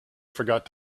forgot